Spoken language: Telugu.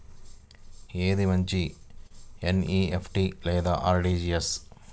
ఏది మంచి ఎన్.ఈ.ఎఫ్.టీ లేదా అర్.టీ.జీ.ఎస్?